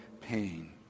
pain